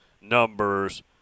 numbers